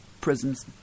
prisons